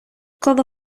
коло